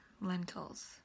lentils